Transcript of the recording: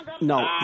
No